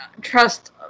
trust